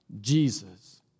Jesus